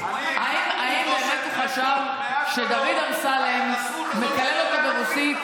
האם באמת הוא חשב שדוד אמסלם מקלל אותו ברוסית?